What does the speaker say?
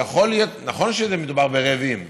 נכון שמדובר ברעבים,